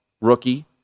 rookie